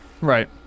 Right